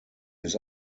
his